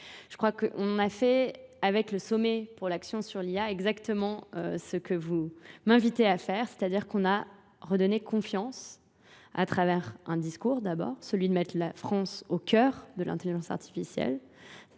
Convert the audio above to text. Je crois qu'on a fait avec le sommet pour l'action sur l'IA exactement ce que vous m'invitez à faire, c'est-à-dire qu'on a redonné confiance à travers un discours d'abord, celui de mettre la France au cœur de l'intelligence artificielle,